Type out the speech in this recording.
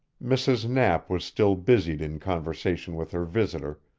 mrs. knapp was still busied in conversation with her visitor,